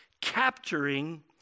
capturing